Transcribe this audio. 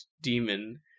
demon